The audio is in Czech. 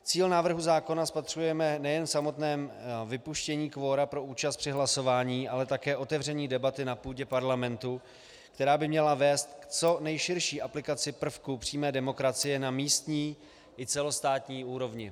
Cíl návrhu zákona spatřujeme nejen v samotném vypuštění kvora pro účast při hlasování, ale také otevření debaty na půdě parlamentu, která by měla vést k co nejširší aplikaci prvků přímé demokracie na místní i celostátní úrovni.